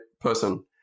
person